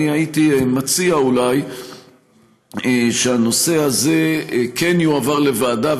אני הייתי מציע שהנושא הזה כן יועבר לוועדה,